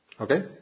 Okay